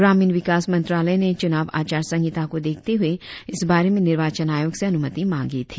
ग्रामीण विकास मंत्रालय ने चुनाव आचार संहिता को देखते हुए इस बारे में निर्वाचन आयोग से अनुमति मांगी थी